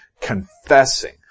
confessing